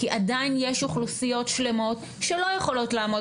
כי עדיין יש אוכלוסיות שלמות שלא יכולות לעמוד